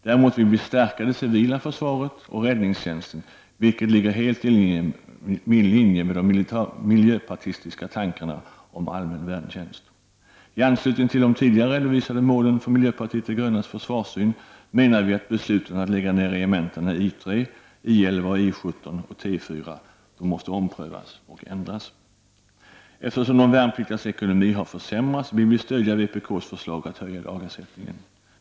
Däremot vill vi stärka det civila försvaret och räddningstjänsten, vilket ligger helt i linje med de miljöpartistiska tankarna om allmän värntjänst. I anslutning till de tidigare redovisade målen för miljöpartiet de grönas försvarssyn menar vi att besluten att lägga ner regementena I3, I11, I17 och T4 måste omprövas och ändras. Eftersom de värnpliktigas ekonomi har försämrats vill vi stödja vpk:s förslag att höja dagsersättningen.